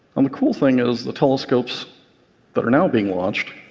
and the cool thing is, the telescopes that are now being launched